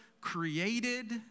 created